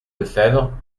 lefebvre